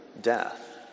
death